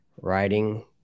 writing